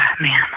man